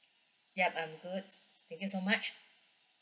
yup I'm good thank you so much